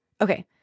okay